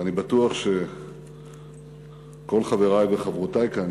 ואני בטוח שכל חברי וחברותי כאן,